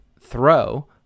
throw